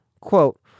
Quote